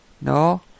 No